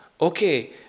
Okay